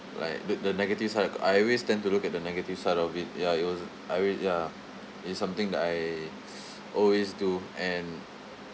like the the negative side I always tend to look at the negative side of it ya it was I will ya it's something that I always do and